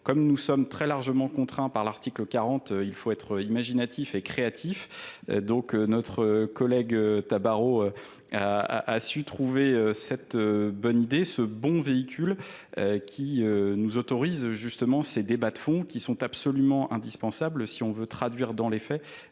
comme nous sommes très largement contraints par l'article 40, il faut être imaginatifs et créatifs donc notre collègue Tabar Tabar a a a su trouver cette bonne idée ce bon véhicule qui nous autorise justement ces débats de fond qui sont absolument indispensables, si on veut traduire dans les faits